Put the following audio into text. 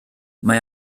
mae